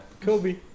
Kobe